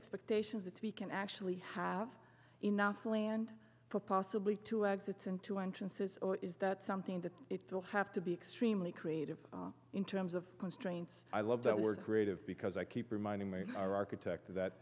expectations that we can actually have enough land for possibly two exits and two entrances or is that something that will have to be extremely creative in terms of constraints i love that we're creative because i keep reminding my architect that